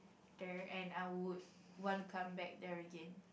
there and I would want come back there again